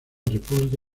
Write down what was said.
república